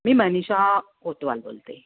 मी मनीषा कोतवाल बोलते